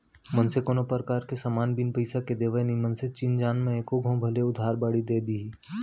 मनसे कोनो परकार के समान बिन पइसा के देवय नई मनसे चिन जान म एको घौं भले उधार बाड़ी दे दिही